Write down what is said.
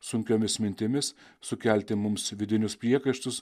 sunkiomis mintimis sukelti mums vidinius priekaištus